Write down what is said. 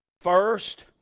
first